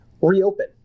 reopen